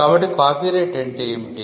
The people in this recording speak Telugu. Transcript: కాబట్టి కాపీరైట్ అంటే ఏమిటి